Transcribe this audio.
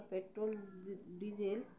petrol diesel